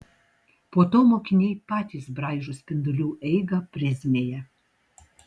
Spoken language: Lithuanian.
po to mokiniai patys braižo spindulių eigą prizmėje